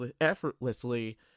effortlessly